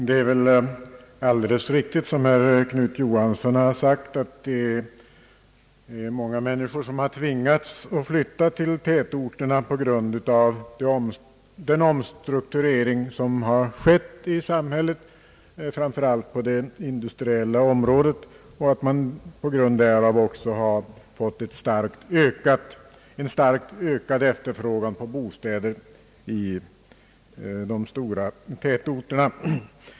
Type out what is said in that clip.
Det är alldeles riktigt som herr Knut Johansson har sagt att många människor har tvingats flytta till tätorterna på grund av den omstrukturering som skett i samhället, framför allt på det industriella området, och att man på grund därav också fått en starkt ökad efterfrågan på bostäder i de stora tätorterna.